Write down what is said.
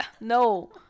no